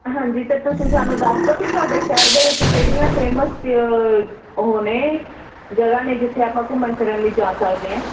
ਹਾਂਜੀ ਅਤੇ ਤੁਸੀਂ ਸਾਨੂੰ ਦੱਸ ਦਿਓ ਵੀ ਤੁਹਾਡੇ ਸ਼ਹਿਰ ਦੇ ਵਿੱਚ ਕਿਹੜੀਆਂ ਫੇਮਸ ਉਹ ਨੇ ਜਗ੍ਹਾ ਨੇ ਜਿੱਥੇ ਆਪਾਂ ਘੁੰਮਣ ਫਿਰਨ ਲਈ ਜਾ ਸਕਦੇ ਹਾਂ